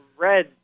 red